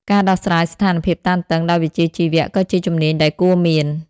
ការដោះស្រាយស្ថានភាពតានតឹងដោយវិជ្ជាជីវៈក៏ជាជំនាញដែលគួរមាន។